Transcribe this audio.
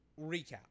recap